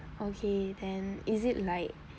okay then is it like